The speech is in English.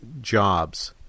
jobs